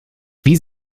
wie